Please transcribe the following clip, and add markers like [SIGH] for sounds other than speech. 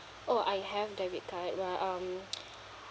oh I have debit card right um [NOISE]